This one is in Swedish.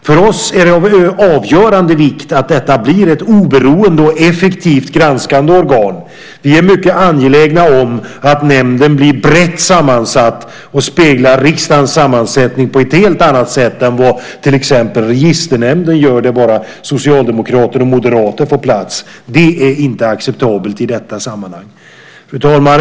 För oss är det av avgörande vikt att den blir ett oberoende och effektivt granskande organ. Vi är mycket angelägna om att nämnden blir brett sammansatt och speglar riksdagens sammansättning på ett helt annat sätt än till exempel Registernämnden, där enbart socialdemokrater och moderater får plats. Det är inte acceptabelt i detta sammanhang. Fru talman!